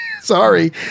Sorry